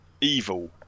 evil